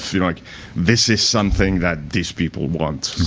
you know, like this is something that these people want